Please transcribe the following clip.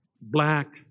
black